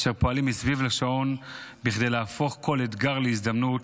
אשר פועלים מסביב לשעון כדי להפוך כל אתגר להזדמנות.